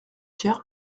hier